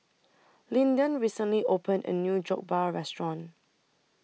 Lyndon recently opened A New Jokbal Restaurant